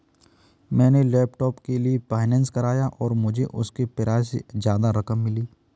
मैंने लैपटॉप के लिए फाइनेंस कराया और मुझे उसके प्राइज से ज्यादा रकम मिली